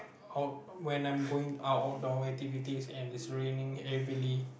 when I'm going out out door activities and it's raining heavily